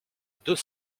deux